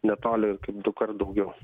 netoli kaip dukart daugiau